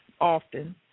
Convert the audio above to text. often